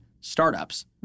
startups